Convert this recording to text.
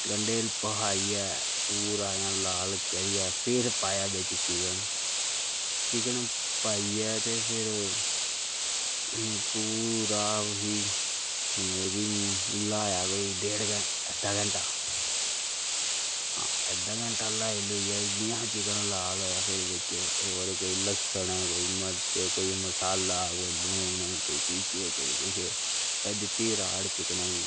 गंढे भखाइयै पूरा इ'यां लाल करियै पिर पाया बिच्च चिकन चिकन पाइयै ते फिर पूरा उसी मतलब ल्हाया कोई डेढ घैंटा अद्धा घैंटा अद्धा घैंटा ल्हाई लहुई जियां चिकन लाल होएआ फिर बिच्च होर कोई लस्सन कोई मर्च कोई मसाला कोई लून कोई कुछ कोई कुछ फिर दित्ती राड़ चिकनै गी